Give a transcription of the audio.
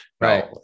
Right